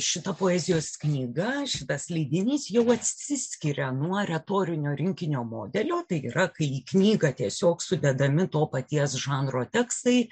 šita poezijos knyga šitas leidinys jau atsiskiria nuo retorinio rinkinio modelio tai yra kai į knygą tiesiog sudedami to paties žanro tekstai